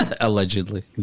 allegedly